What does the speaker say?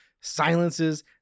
silences